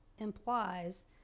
implies